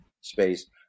space